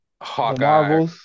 Hawkeye